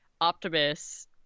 Optimus